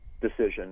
decision